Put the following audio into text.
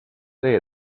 say